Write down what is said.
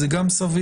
זה גם סביר.